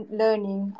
learning